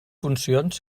funcions